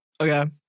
Okay